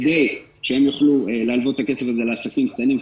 כדי שהם יוכלו להלוות את הכסף הזה לעסקים קטנים,